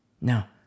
Now